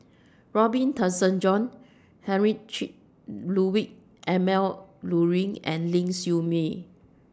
Robin Tessensohn Heinrich Ludwig Emil Luering and Ling Siew May